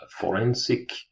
forensic